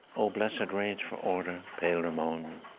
oh! blessed and rage for order, pale ramon,